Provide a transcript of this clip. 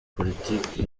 politike